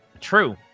true